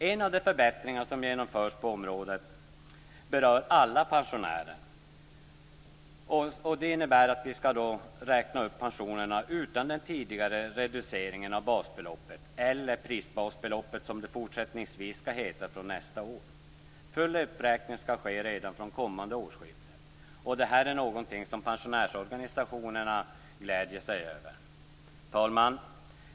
En av de förbättringar som genomförs på området och som berör alla pensionärer är att pensionerna skall räknas upp utan den tidigare reduceringen av basbeloppet, eller prisbasbeloppet som det fortsättningsvis skall heta från nästa år. Full uppräkning skall ske redan från kommande årsskifte. Det här är någonting som pensionärsorganisationerna gläder sig över. Herr talman!